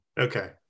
okay